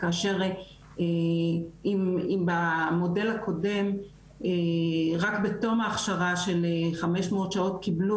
כאשר אם במודל הקודם רק בתום ההכשרה של 500 שעות קיבלו